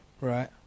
Right